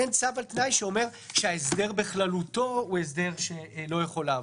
אין צו על תנאי שאומר שההסדר בכללותו לא יכול לעבור.